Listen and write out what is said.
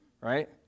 Right